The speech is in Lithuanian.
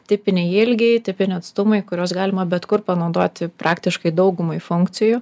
tipiniai ilgiai tipiniai atstumai kuriuos galima bet kur panaudoti praktiškai daugumai funkcijų